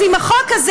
אז אם החוק הזה,